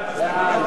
סעיף